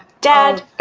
dad.